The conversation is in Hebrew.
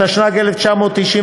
התשנ"ג 1993,